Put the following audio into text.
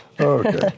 Okay